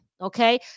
Okay